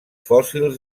fòssils